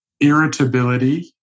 irritability